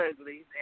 ugly